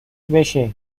بشه